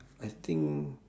I think